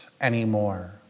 anymore